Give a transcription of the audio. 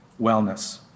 wellness